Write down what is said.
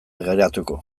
geratuko